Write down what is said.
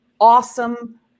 awesome